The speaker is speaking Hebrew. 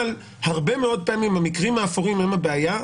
אבל הרבה מאוד פעמים המקרים האפורים הם הבעיה.